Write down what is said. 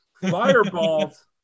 Fireballs